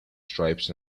stripes